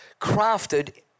crafted